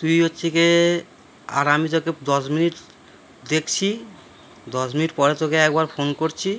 তুই হচ্ছে গিয়ে আর আমি তোকে দশ মিনিট দেখছি দশ মিনিট পরে তোকে একবার ফোন করছি